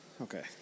Okay